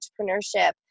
entrepreneurship